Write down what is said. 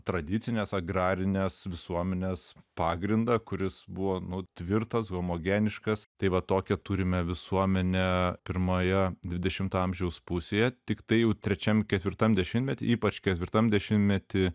tradicinės agrarinės visuomenės pagrindą kuris buvo nu tvirtas homogeniškas tai va tokią turime visuomenę pirmoje dvidešimto amžiaus pusėje tiktai jau trečiam ketvirtam dešimtmety ypač ketvirtam dešimtmety